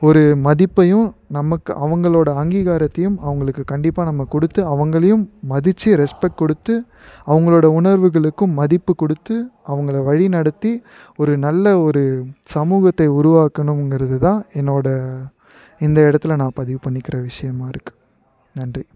ஒரு மதிப்பையும் நமக்கு அவங்களோடய அங்கீகாரத்தையும் அவங்களுக்கு கண்டிப்பாக நம்ம கொடுத்து அவங்களையும் மதிச்சு ரெஸ்பெக்ட் கொடுத்து அவங்களோடய உணர்வுகளுக்கும் மதிப்பு கொடுத்து அவங்களை வழிநடத்தி ஒரு நல்ல ஒரு சமூகத்தை உருவாக்கணும்ங்கிறது தான் என்னோடய இந்த இடத்துல நான் பதிவு பண்ணிக்கிற விஷயமா இருக்குது நன்றி